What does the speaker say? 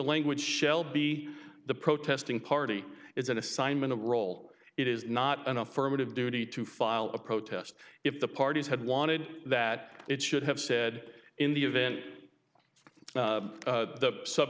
language shall be the protesting party is an assignment a role it is not an affirmative duty to file a protest if the parties had wanted that it should have said in the event the sub